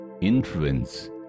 influence